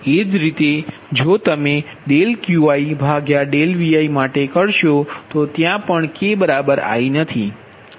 એ જ રીતે જો તમે QiViમાટે કરશો તો ત્યા પણ k ≠ i નથી